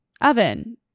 oven